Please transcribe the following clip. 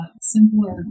simpler